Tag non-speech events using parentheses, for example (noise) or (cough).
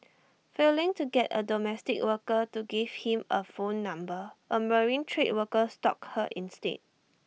(noise) failing to get A domestic worker to give him A phone number A marine trade worker stalked her instead